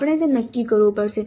આપણે તે નક્કી કરવું પડશે